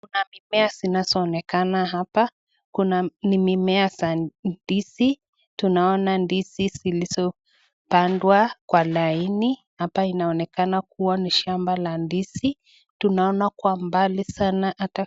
Kuna mimea zinazoonekana hapa. Kuna ni mimea za ndizi. Tunaona ndizi zilizopandwa kwa laini. Hapa inaonekana kuwa ni shamba la ndizi. Tunaona kwa mbali sana hata